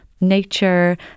nature